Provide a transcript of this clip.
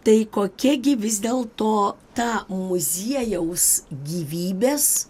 tai kokia gi vis dėl to ta muziejaus gyvybės